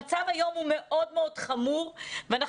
המצב היום הוא מאוד מאוד חמור ואנחנו